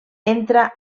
entra